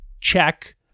check